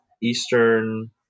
Eastern